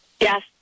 Yes